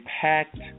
packed